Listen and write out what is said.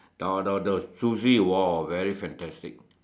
the the the sushi !wow! very fantastic